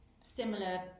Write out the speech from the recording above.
similar